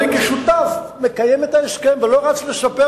אני כשותף מקיים את ההסכם ולא רץ לספר